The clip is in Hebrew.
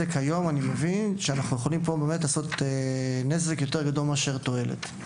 היום אני מבין שאנחנו יכולים לעשות פה נזק יותר גדול מאשר תועלת.